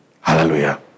Hallelujah